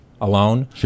alone